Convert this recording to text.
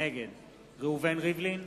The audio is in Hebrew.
נגד ראובן ריבלין,